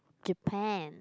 Japan